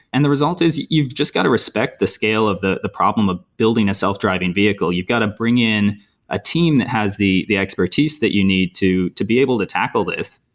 and the results is you've just got to respect the scale of the the problem of building a self-driving vehicle. you've got to bring in a team that has the the expertise that you need to to be able to tackle this.